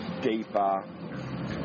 deeper